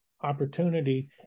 opportunity